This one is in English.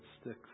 sticks